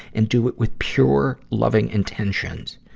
and do it with pure, loving intentions.